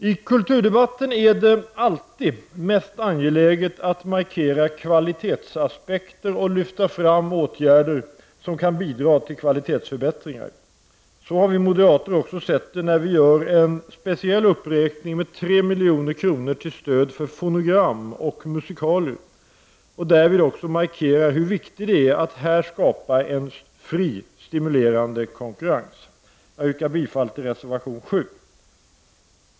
I kulturdebatten är det alltid mest angeläget att markera kvalitetsaspekterna och lyfta fram åtgärder som kan bidra till kvalitetsförbättringar. Så har vi moderater också sett det när vi gör en speciell uppräkning med 3 milj.kr. till stöd för fonogram och musikalier och därvid också markerar hur viktigt det är att här skapa en fri, stimulerande konkurrens. Jag yrkar bifall till reservation 7.